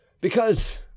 Because